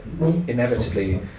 inevitably